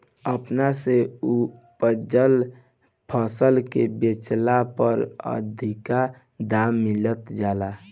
अपना से उपजल फसल के बेचला पर अधिका दाम मिल जाला